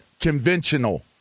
conventional